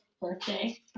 birthday